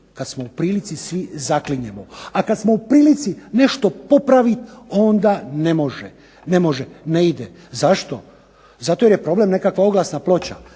kad smo u prilici svi zaklinjemo. A kad smo u prilici nešto popravit onda ne može, ne ide. Zašto, zato jer je problem nekakva oglasna ploča.